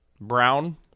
brown